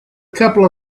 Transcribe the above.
couple